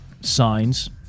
signs